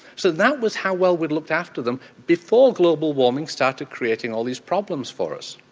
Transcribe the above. so that was how well we'd look after them before global warming started creating all these problems for us.